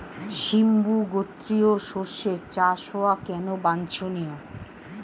সিম্বু গোত্রীয় শস্যের চাষ হওয়া কেন বাঞ্ছনীয়?